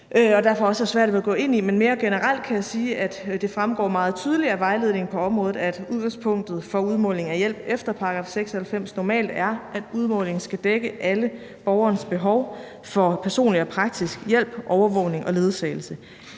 derfor har jeg også svært ved at gå ind i den. Men mere generelt kan jeg sige, at det fremgår meget tydeligt af vejledningen på området, at udgangspunktet for udmålingen af hjælp efter § 96 normalt er, at udmålingen skal dække alle borgerens behov for personlig og praktisk hjælp, overvågning og ledsagelse.